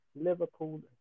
Liverpool